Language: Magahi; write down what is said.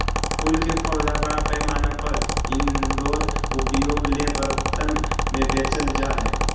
फूल के पौधा बड़ा पैमाना पर इनडोर उपयोग ले बर्तन में बेचल जा हइ